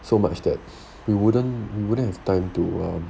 so much that we wouldn't we wouldn't have time to um